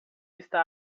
está